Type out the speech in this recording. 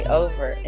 over